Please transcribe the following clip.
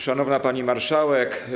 Szanowna Pani Marszałek!